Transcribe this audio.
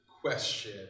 question